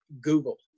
Google